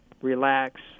relax